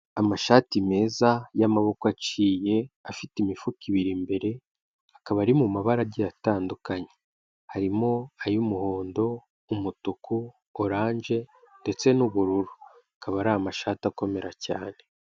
Amashati meza y'amaboko aciye, afite imifuka ibiri imbere, akaba ari mu mabarage atandukanye, harimo ay'umuhondo, umutuku, oranje ndetse n'ubururu, akaba ari amashati akomera cyane.